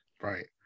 right